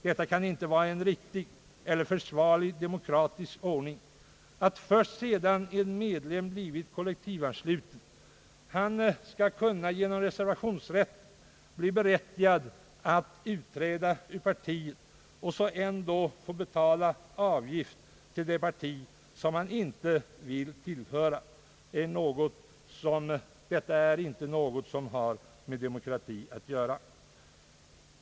Det kan inte vara en riktig eller försvarlig demokratisk ordning att en medlem först sedan han blivit kollektivansluten skall kunna genom reservationsrätt bli berättigad att utträda ur partiet, men ändå få betala avgift, till det parti han inte vill tillhöra. Detta är inte något som har med demokrati att göra.